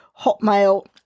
Hotmail